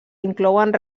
inclouen